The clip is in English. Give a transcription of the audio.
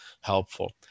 helpful